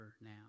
now